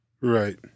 Right